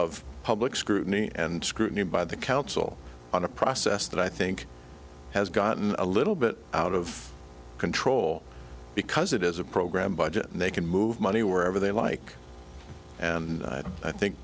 of public scrutiny and scrutiny by the council on a process that i think has gotten a little bit out of control because it is a program budget and they can move money wherever they like and i think